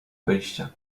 wyjścia